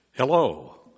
Hello